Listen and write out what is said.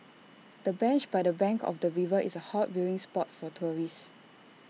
the bench by the bank of the river is A hot viewing spot for tourists